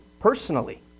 personally